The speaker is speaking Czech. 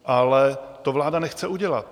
Ale to vláda nechce udělat.